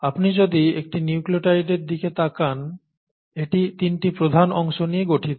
আপনি যদি একটি নিউক্লিওটাইডের দিকে তাকান এটি তিনটি প্রধান অংশ নিয়ে গঠিত